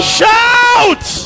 Shout